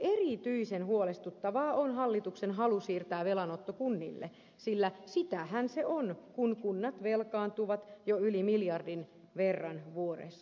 erityisen huolestuttavaa on hallituksen halu siirtää velanotto kunnille sillä sitähän se on kun kunnat velkaantuvat jo yli miljardin verran vuodessa